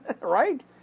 right